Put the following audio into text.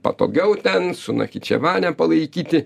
patogiau ten su nachičevane palaikyti